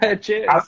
Cheers